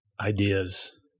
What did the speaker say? ideas